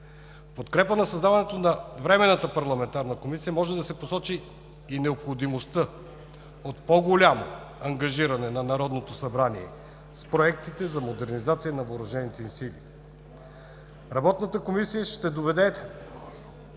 подкрепа на създаването на Временната парламентарна комисия може да се посочи и необходимостта от по-голямо ангажиране на Народното събрание с проектите за модернизация на въоръжените ни сили. Работната комисия ще доведе